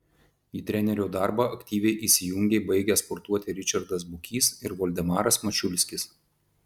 į trenerio darbą aktyviai įsijungė baigę sportuoti ričardas bukys ir voldemaras mačiulskis